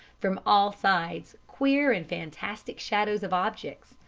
from all sides queer and fantastic shadows of objects,